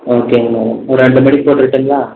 ஓகேங்க மேடம் ஒரு ரெண்டு மணிக்கு போட்டுட்டுங்களா